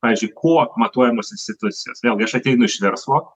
pavyzdžiui kuo matuojamos institucijos vėl gi aš ateinu iš verslo